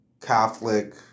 Catholic